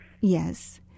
yes